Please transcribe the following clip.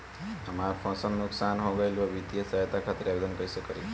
हमार फसल नुकसान हो गईल बा वित्तिय सहायता खातिर आवेदन कइसे करी?